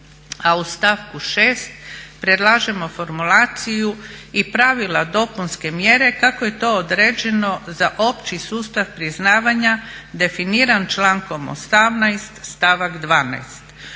A u stavku 6. predlažemo formulaciju i pravila dopunske mjere kako je to određeno za opći sustav priznavanja definiran člankom 18. stavak 12.